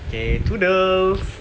okay toodles